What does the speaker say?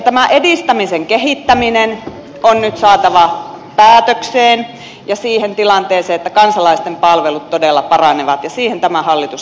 tämä edistämisen kehittäminen on nyt saatava päätökseen ja siihen tilanteeseen että kansalaisten palvelut todella paranevat ja siihen tämä hallitus on sitoutunut